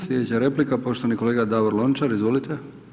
Sljedeća replika, poštovani kolega Davor Lončar, izvolite.